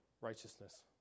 righteousness